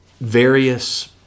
various